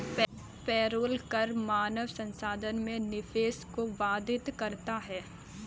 payroll कर मानव संसाधन में निवेश को बाधित करता है